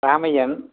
Ramayyan